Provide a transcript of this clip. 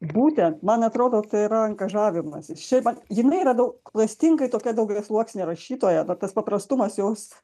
būtent man atrodo tai yra angažavimasis čia man jinai yra daug klastingai tokia daugiasluoksnė rašytoja tas paprastumas jos